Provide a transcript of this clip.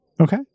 Okay